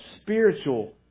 spiritual